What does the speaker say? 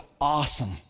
awesome